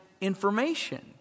information